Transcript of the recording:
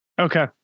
Okay